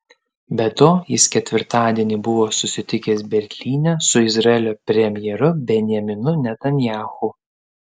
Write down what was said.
be to jis ketvirtadienį buvo susitikęs berlyne su izraelio premjeru benjaminu netanyahu